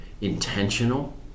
intentional